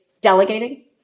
delegating